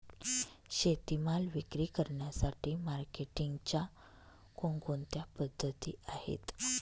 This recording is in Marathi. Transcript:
शेतीमाल विक्री करण्यासाठी मार्केटिंगच्या कोणकोणत्या पद्धती आहेत?